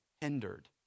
hindered